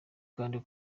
kandi